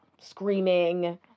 screaming